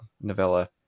novella